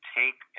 take